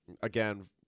Again